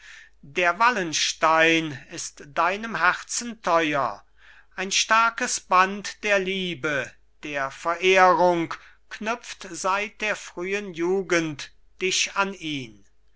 der wallenstein ist deinem herzen teuer ein starkes band der liebe der verehrung knüpft seit der frühen jugend dich an ihn